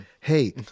Hey